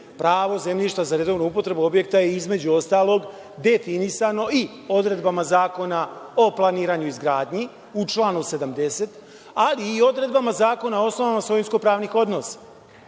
pravo zemljišta za redovnu upotrebu objekta, između ostalog, definisano i odredbama Zakona o planiranju i izgradnji u članu 70, ali i odredbama Zakona o osnovama svojinsko-pravnih odnosa. Ako